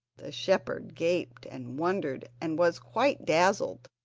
the shepherd gaped and wondered and was quite dazzled,